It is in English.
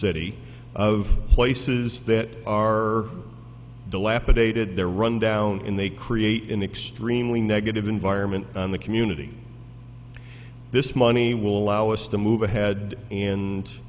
city of places that are dilapidated they're run down in they create an extremely negative environment in the community this money will allow us to move ahead and